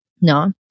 no